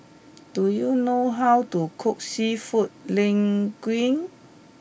do you know how to cook Seafood Linguine